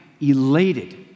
elated